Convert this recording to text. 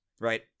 right